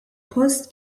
post